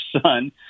son